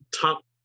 top